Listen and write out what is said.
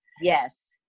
yes